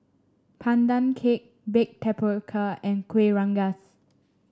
Pandan Cake Baked Tapioca and Kuih Rengas